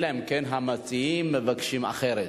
אלא אם כן המציעים מבקשים אחרת.